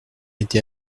été